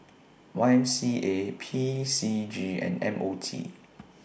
Y M C A P C G and M O T